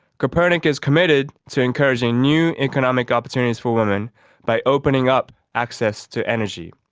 kopernik is committed to encouraging new economic opportunities for women by opening up access to energy.